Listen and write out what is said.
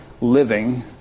living